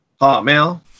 Hotmail